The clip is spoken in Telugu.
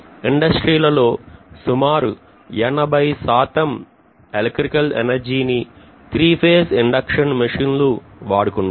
ఇండస్ట్రీలలో సుమారు 80 ఎలక్ట్రికల్ ఎనర్జీని త్రీఫేజ్ ఇండక్షన్ మెషిన్లు వాడుకుంటాయి